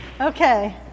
Okay